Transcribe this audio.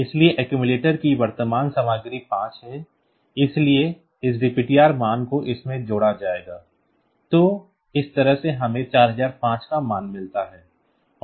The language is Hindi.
इसलिए अक्सुमुलेटर की वर्तमान सामग्री 5 है इसलिए इस DPTR मान को इसमें जोड़ा जाएगा तो इस तरह से हमें 4005 का मान मिलता है